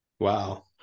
Wow